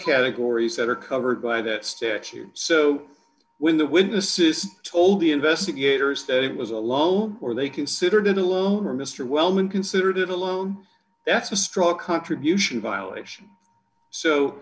categories that are covered by that statute so when the witnesses told the investigators that it was a loan or they considered it a loan or mr wellman considered a loan that's a straw contribution violation so